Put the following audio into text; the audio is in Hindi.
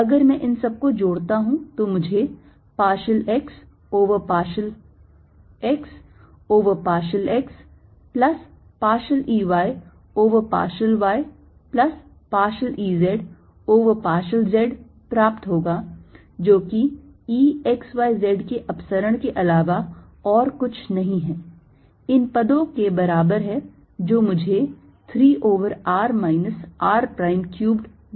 अगर मैं इन सब को जोड़ता हूं तो मुझे partial x over partial x over partial x plus partial E y over partial y plus partial E z over partial z प्राप्त होगा जो कि E x y z के अपसरण के अलावा और कुछ नहीं है इन पदों के बराबर है जो मुझे 3 over r minus r prime cubed देते है